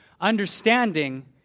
Understanding